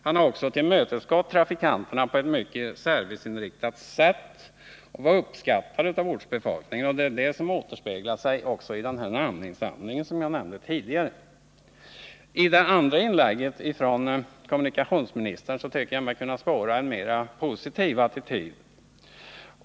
Han har också tillmötesgått trafikanterna på ett mycket serviceinriktat sätt, och han var uppskattad av ortsbefolkningen. Detta återspeglas också i den namninsamling som jag nämnde tidigare. I kommunikationsministerns andra inlägg tycker jag mig kunna spåra en mera positiv attityd.